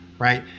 right